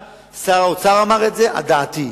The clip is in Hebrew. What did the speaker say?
שר האוצר אמר את זה על דעתי.